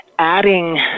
adding